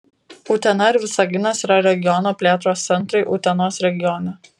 utena ir visaginas yra regiono plėtros centrai utenos regione